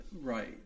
right